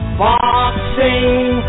boxing